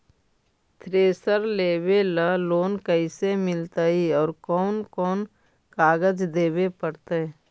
Thresher लेबे ल loan कैसे मिलतइ और कोन कोन कागज देबे पड़तै?